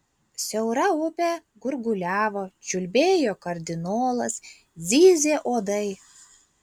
siaura upė gurguliavo čiulbėjo kardinolas zyzė uodai